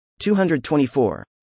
224